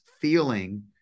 feeling